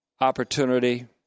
opportunity